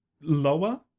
lower